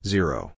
Zero